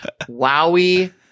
wowie